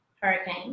hurricane